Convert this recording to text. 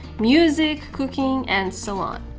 music, cooking and so on.